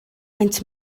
maent